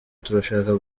turashaka